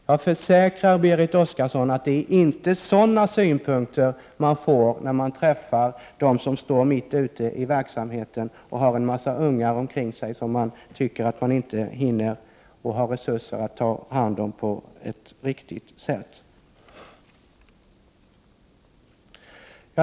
Jag försäkrar Berit Oscarsson att det inte är sådana synpunkter som framförs när man träffar dem som står mitt ute i verksamheten och har en massa ungar omkring sig som de tycker att de inte hinner — eller har resurser att — ta hand om på ett riktigt sätt.